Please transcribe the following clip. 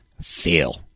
feel